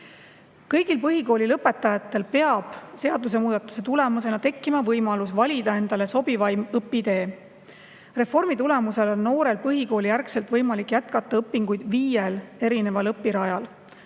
Kõigil põhikooli lõpetajatel peab seadusemuudatuse tulemusena tekkima võimalus valida endale sobivaim õpitee. Reformi tulemusel on noorel põhikoolijärgselt võimalik jätkata õpinguid viiel erineval õpirajal: